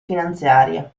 finanziarie